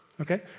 Okay